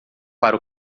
para